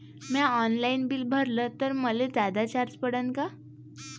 म्या online bill भरलं तर मले जादा चार्ज पडन का?